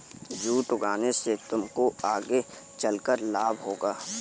jute उगाने से तुमको आगे चलकर लाभ होगा